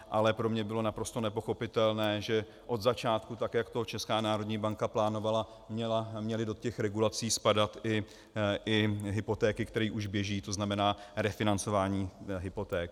Ale pro mě bylo naprosto nepochopitelné, že od začátku, tak jak to Česká národní banka plánovala, měly do těch regulací spadat i hypotéky, které už běží, tzn. refinancování hypoték.